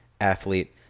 athlete